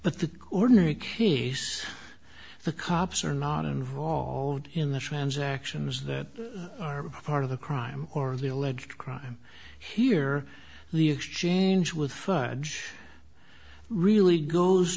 but the ordinary case the cops are not involved in the transactions that are part of the crime or the alleged crime here the exchange with footage really goes